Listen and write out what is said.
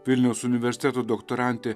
vilniaus universiteto doktorantė